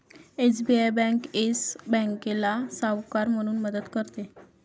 SBI bank Yes बँकेला सावकार म्हणून मदत करते